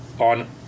on